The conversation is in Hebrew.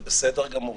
זה בסדר גמור.